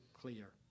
clear